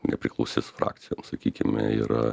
nepriklausis frakcijom sakykime yra